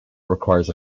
requires